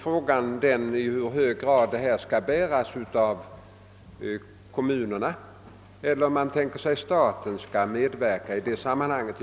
Frågan är i hur hög grad dessa skall bäras av kommunerna och om man tänker sig att staten skall medverka i sammanhanget.